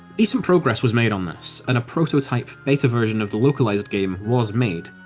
decent progress was made on this, and a prototype, beta version of the localised game was made,